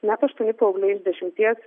net aštuoni paaugliai iš dešimties